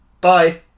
Bye